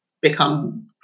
become